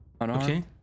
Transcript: Okay